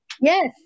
Yes